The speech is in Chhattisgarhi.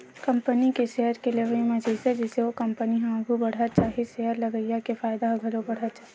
कंपनी के सेयर के लेवई म जइसे जइसे ओ कंपनी ह आघू बड़हत जाही सेयर लगइया के फायदा ह घलो बड़हत जाही